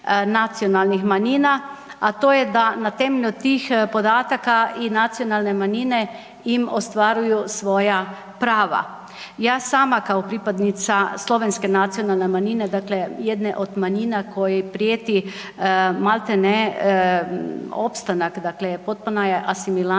nacionalnih manjina, a to je da na temelju tih podataka i nacionalne manjine ostvaruju svoja prava. Ja sama kao pripadnica slovenske nacionalne manjine, dakle jedne od manjina koji prijeti maltene opstanak, dakle potpuna je asimilacija